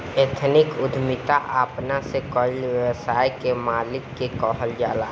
ethnic उद्यमिता अपना से कईल व्यवसाय के मालिक के कहल जाला